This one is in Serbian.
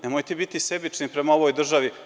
Nemojte biti sebični prema ovoj državi.